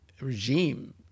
regime